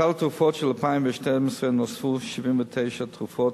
1. לסל התרופות של 2012 נוספו 79 תרופות